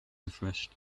refreshed